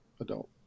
adult